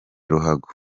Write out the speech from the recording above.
ruhago